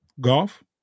Golf